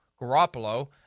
Garoppolo